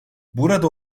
burada